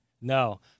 No